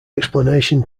explanation